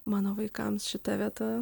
mano vaikams šita vieta